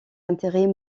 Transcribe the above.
intérêts